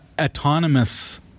autonomous